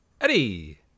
Eddie